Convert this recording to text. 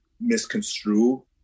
misconstrue